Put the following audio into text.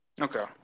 Okay